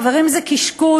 חברים, זה קשקוש.